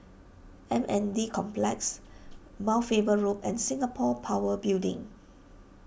M N D Complex Mount Faber Loop and Singapore Power Building